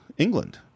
england